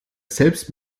selbst